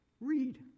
read